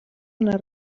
una